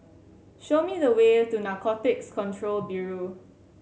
show me the way to Narcotics Control Bureau